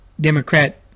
Democrat